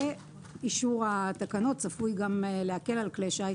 ואישור התקנות צפוי גם להקל על כלי שיט